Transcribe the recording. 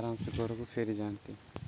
ଆରାମସେ ଘରକୁ ଫେରି ଯାଆନ୍ତି